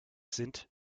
sind